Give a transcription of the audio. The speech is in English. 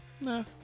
No